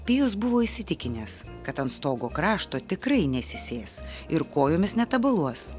pijus buvo įsitikinęs kad ant stogo krašto tikrai nesisės ir kojomis netabaluos